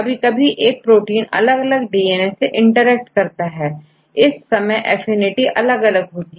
कभी कभी एक प्रोटीन अलग अलग डीएनए से इंटरेक्ट करता है इस समय एफिनिटी अलग अलग होती है